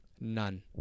None